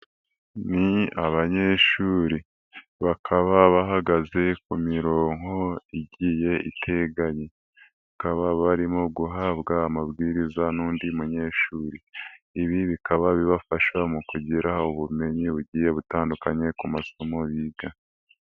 Ni abanyeshuri, bakaba bahagaze ku mirongo igiye iteganye, bakaba barimo guhabwa amabwiriza n'undi munyeshuri, ibi bikaba bibafasha mu kugira ubumenyi bugiye butandukanye ku masomo biga.